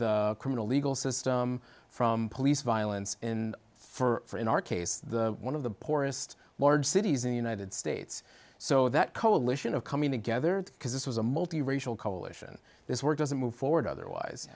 the criminal legal system from police violence in for in our case one of the poorest large cities in the united states so that coalition of coming together because this was a multi racial coalition this work doesn't move forward otherwise